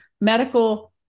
medical